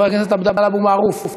חבר הכנסת עבדאללה אבו מערוף,